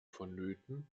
vonnöten